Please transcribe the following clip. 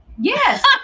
Yes